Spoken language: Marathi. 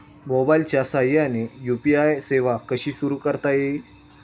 मोबाईलच्या साहाय्याने यू.पी.आय सेवा कशी सुरू करता येईल?